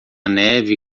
neve